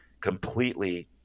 completely